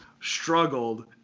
struggled